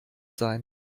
sein